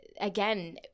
again